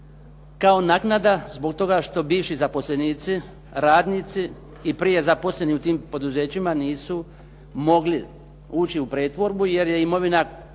kao naknada zbog toga što bivši zaposlenici, radnici i prije zaposleni u tim poduzećima nisu mogli ući u pretvorbu jer je imovina